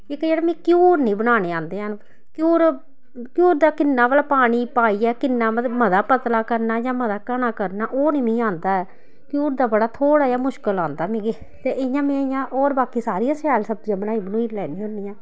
इक जेह्ड़ा मी घ्यूर निं बनाना औंदे हैन घ्यूर घ्यूर दा किन्ना भला पानी पाइयै किन्ना मतलब मता पतला करना जां मता घना करना ओह् निं मी औंदा ऐ घ्यूर दा बड़ा थोह्ड़ा जेहा मुश्किल औंदा मिगी ते इ'यां में इ'यां होर बाकी सारियां शैल सब्जियां बनाई बनूई लैन्नी होन्नी ऐं